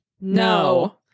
No